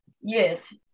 Yes